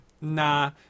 nah